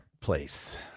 place